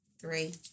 three